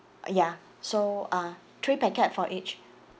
ya so ah three packet for each